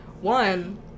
one